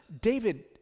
David